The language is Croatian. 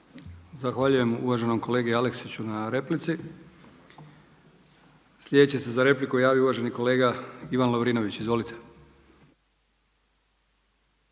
Zahvaljujem uvaženom kolegi Aleksiću na replici. Sljedeći se za repliku javio uvaženi kolega Ivan Lovrinović. Izvolite.